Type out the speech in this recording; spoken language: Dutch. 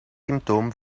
symptoom